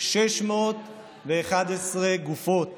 611 גופות